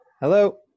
Hello